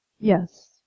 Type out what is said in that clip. Yes